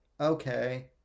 okay